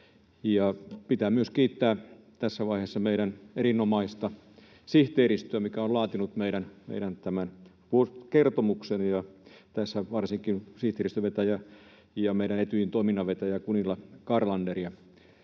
Pitää myös kiittää tässä vaiheessa meidän erinomaista sihteeristöä, mikä on laatinut tämän meidän kertomuksen, ja varsinkin sihteeristön vetäjää ja meidän Etyjin toiminnan vetäjää Gunilla Carlanderia